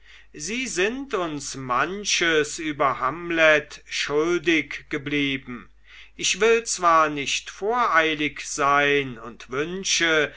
sie sind uns manches über hamlet schuldig geblieben ich will zwar nicht voreilig sein und wünsche